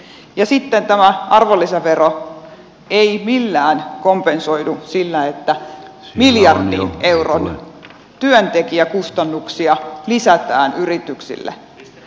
ja sitten tämä arvonlisävero ei millään kompensoidu sillä että miljardin euron työntekijäkustannuksia lisätään yrityksille